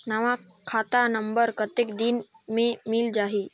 नवा खाता नंबर कतेक दिन मे मिल जाही?